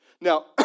Now